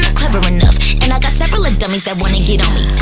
clever enough and i got several and dummies that wanna get on me